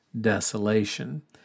desolation